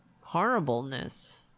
horribleness